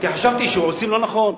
כי חשבתי שעושים לא נכון.